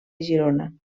girona